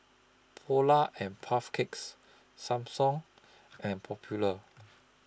Polar and Puff Cakes Samsung and Popular